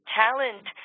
talent